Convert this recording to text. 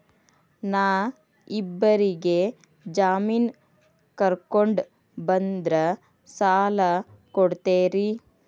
ನಾ ಇಬ್ಬರಿಗೆ ಜಾಮಿನ್ ಕರ್ಕೊಂಡ್ ಬಂದ್ರ ಸಾಲ ಕೊಡ್ತೇರಿ?